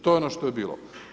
To je ono što je bilo.